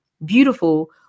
beautiful